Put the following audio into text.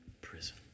prison